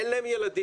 אין להם ילדים,